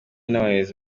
n’abayobozi